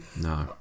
No